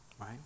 right